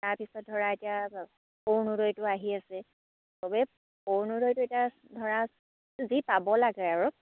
তাৰপিছত ধৰা এতিয়া অৰুণোদয়টো আহি আছে সবে অৰুণোদয়টো এতিয়া ধৰা যি পাব লাগে আৰু